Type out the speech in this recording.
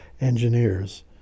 engineers